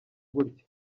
gutya